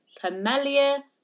camellia